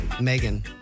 Megan